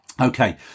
Okay